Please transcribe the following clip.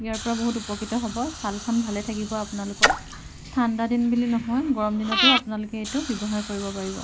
ইয়াৰ পৰা বহুত উপকৃ্ত হ'ব ছালখন ভালে থাকিব আপোনালোকৰ ঠাণ্ডা দিন বুলি নহয় গৰম দিনতো আপোনালোকে এইটো ব্যৱহাৰ কৰিব পাৰিব